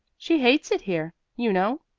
she hates it here, you know,